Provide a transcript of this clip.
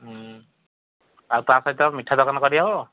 ଆଉ ତା ସହିତ ମିଠା ଦୋକାନ କରି ହେବ